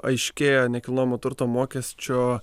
aiškėja nekilnojamo turto mokesčio